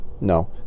No